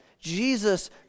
Jesus